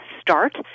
start